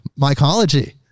mycology